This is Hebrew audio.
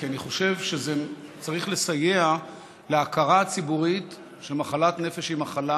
כי אני חושב שצריך לסייע להכרה הציבורית שמחלת נפש היא מחלה